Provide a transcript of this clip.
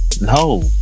No